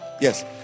Yes